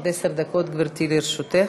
עד עשר דקות, גברתי, לרשותך.